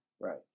Right